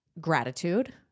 gratitude